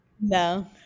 No